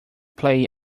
played